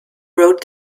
rode